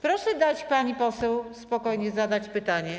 Proszę dać pani poseł spokojnie zadać pytanie.